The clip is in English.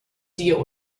deal